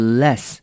less